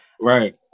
Right